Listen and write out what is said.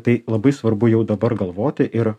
tai labai svarbu jau dabar galvoti ir